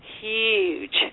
huge